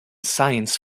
science